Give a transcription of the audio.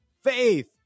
faith